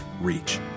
reach